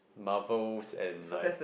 Marvels and like